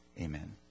amen